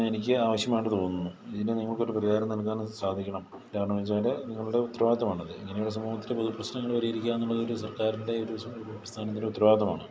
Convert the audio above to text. എനിക്ക് ആവശ്യമായിട്ട് തോന്നുന്നു ഇതിന് നിങ്ങൾക്ക് ഒരു പരിഹാരം നൽകാൻ സാധിക്കണം കാരണം എന്നു വച്ചാൽ നിങ്ങളുടെ ഉത്തരവാദം ആണ് അത് ഇങ്ങനെയുള്ള സമൂഹത്തിൽ പൊതു പ്രശ്നങ്ങൾ പരിഹരിക്കാം എന്നുള്ളത് ഒരു സർക്കാരിൻ്റെ ഒരു ഉത്തരവാദിത്തമാണ്